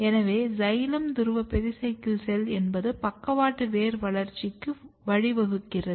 எனவே சைலம் துருவ pericycle cell என்பது பக்கவாட்டு வேர் வளர்ச்சிக்கு வழிவகுக்கிறது